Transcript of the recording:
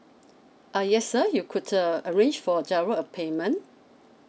uh yes sir you could uh arrange for G_I_R_O uh payment